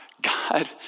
God